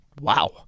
wow